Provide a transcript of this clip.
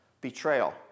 betrayal